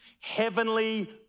heavenly